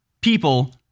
people